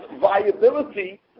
viability